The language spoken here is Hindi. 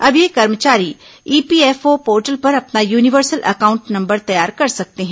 अब ये कर्मचारी ईपीएफओ पोर्टल पर अपना यूनिवर्सल अकाउंट नम्बर तैयार कर सकते हैं